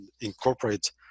incorporate